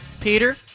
Peter